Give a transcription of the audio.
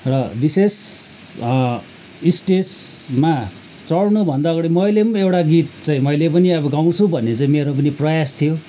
र विशेष स्टेजमा चढ्नुभन्दा अगाडि मैले पनि एउटा गीत चाहिँ मैले पनि गाउँछु भन्ने चाहिँ मेरो पनि प्रयास थियो